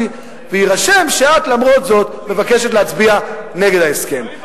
יירשם שאת, למרות זאת, מבקשת להצביע נגד ההסכם.